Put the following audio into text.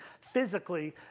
physically